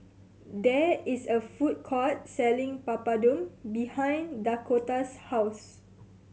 there is a food court selling Papadum behind Dakoda's house